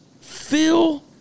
Phil